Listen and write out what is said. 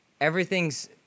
everything's